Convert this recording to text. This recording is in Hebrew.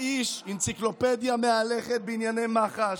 חברים, האיש אנציקלופדיה מהלכת בענייני מח"ש,